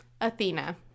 Athena